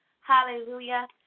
hallelujah